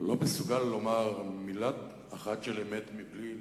לא מסוגל לומר מלה אחת של אמת מבלי להסמיק?